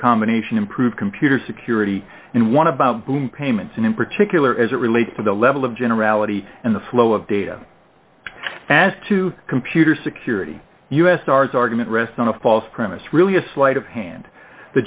combination improve computer security and one about payments in particular as it relates to the level of generality and the flow of data as to computer security us ours argument rests on a false premise really a sleight of hand the